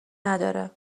نداره